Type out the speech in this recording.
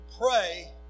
pray